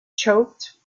choked